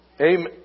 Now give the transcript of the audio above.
Amen